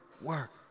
work